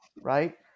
right